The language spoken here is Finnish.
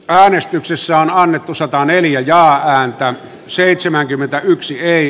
äänestyksessä annettu sataneljä ja häntä seitsemänkymmentäyksi ei